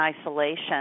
isolation